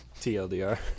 TLDR